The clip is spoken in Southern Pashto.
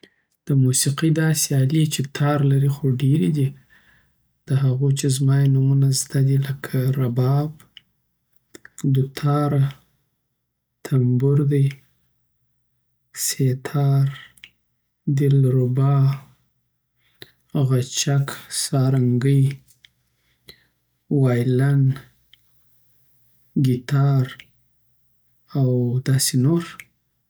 دوتاره نتبور دی سه تار دلربا غچکه سارنګی وایلن ګیتار او داسی نور